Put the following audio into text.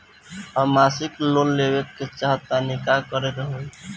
हम मासिक लोन लेवे के चाह तानि का करे के होई?